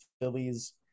Phillies